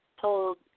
told